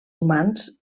humans